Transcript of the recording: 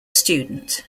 student